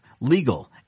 legal